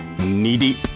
knee-deep